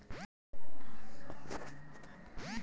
का टमाटर ला घलव कोल्ड स्टोरेज मा रखे जाथे सकत हे?